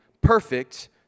perfect